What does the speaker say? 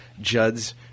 Judd's